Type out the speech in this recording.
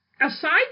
aside